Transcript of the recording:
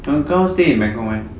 the uncle house stay in bangkok meh